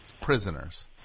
Prisoners